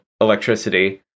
electricity